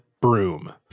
broom